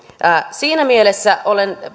siinä mielessä olen